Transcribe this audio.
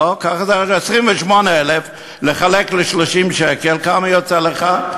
קחו 28,000 לחלק ל-30 שקל, כמה יוצא לך?